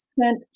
sent